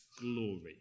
glory